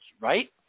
Right